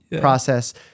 process